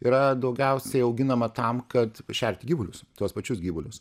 yra daugiausiai auginama tam kad šerti gyvulius tuos pačius gyvulius